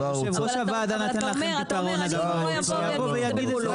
אתה אומר אם הוא יבוא ויגיד,